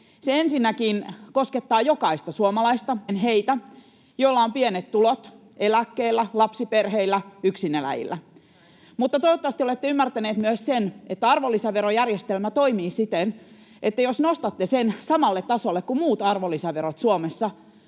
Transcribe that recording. ensinnäkin koskettaa jokaista suomalaista ja eniten heitä, joilla on pienet tulot — eläkeläisillä, lapsiperheillä, yksineläjillä — mutta toivottavasti olette ymmärtäneet myös sen, että arvonlisäverojärjestelmä toimii siten, että jos nostatte sen samalle tasolle kuin muut arvonlisäverot Suomessa,